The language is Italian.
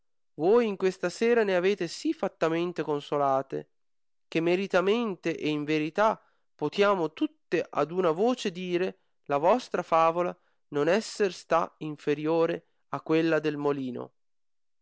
voi in questa sera ne avete sì fattamente consolate che meritamente e in verità potiamo tutte ad una voce dire la vostra favola non esser sta inferiore a quella del molino